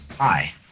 Hi